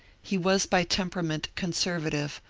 he was by temperament conservative,